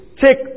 take